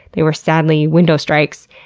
they were, sadly, window strikes.